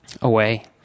away